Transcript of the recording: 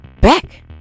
back